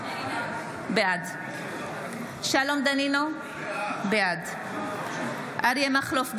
בעד שלום דנינו, בעד אריה מכלוף דרעי,